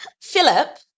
Philip